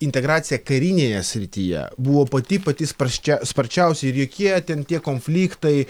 integracija karinėje srityje buvo pati pati sparsščiau sparčiausiai ir jokie ten tie konfliktai